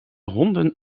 honden